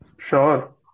sure